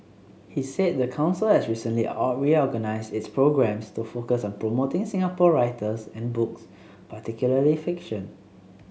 he said the council has recently reorganised its programmes to focus on promoting Singapore writers and books particularly fiction